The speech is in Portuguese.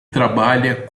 trabalha